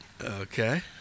Okay